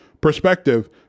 perspective